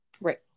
Right